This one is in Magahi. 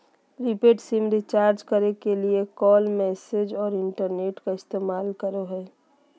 प्रीपेड सिम रिचार्ज करे के लिए कॉल, मैसेज औरो इंटरनेट का इस्तेमाल करो हइ